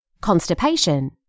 constipation